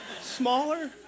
smaller